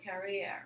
career